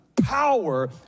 power